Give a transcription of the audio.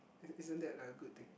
is isn't that a good thing